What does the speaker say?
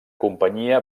companyia